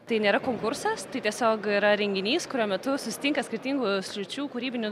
tai nėra konkursas tai tiesiog yra renginys kurio metu susitinka skirtingų sričių kūrybinių